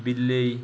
ବିଲେଇ